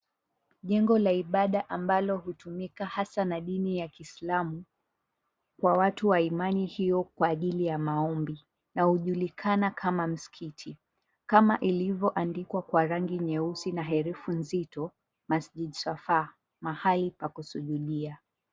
Jengo la ibada ambalo hutumika hasa na dini ya kiislamu kwa watu wa imani hio kwa ajili ya maombi na hujulikana kama msikiti kama ilivyoandikwa kwa rangi nyeusi na herufi nzito MASJID SWAFAA mahali pa kusujudia.